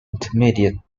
intermediate